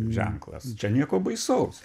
ženklas čia nieko baisaus